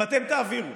אם אתם תעבירו